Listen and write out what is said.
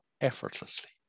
effortlessly